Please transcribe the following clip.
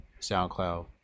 SoundCloud